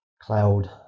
cloud